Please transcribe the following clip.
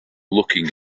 looking